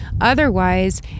Otherwise